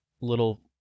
little